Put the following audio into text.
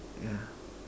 yeah